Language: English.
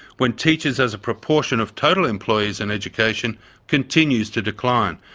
when teachers as a proportion of total employees in education continues to decline,